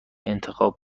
انتخاب